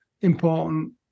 important